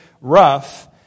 rough